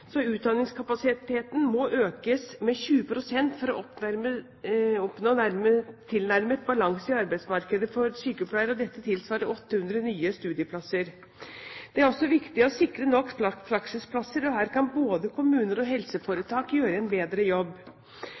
så utdanningskapasiteten må økes med 20 pst. for å oppnå tilnærmet balanse i arbeidsmarkedet for sykepleiere. Dette tilsvarer 800 nye studieplasser. Det er også viktig å sikre nok praksisplasser, og her kan både kommuner og helseforetak gjøre en bedre jobb.